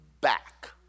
back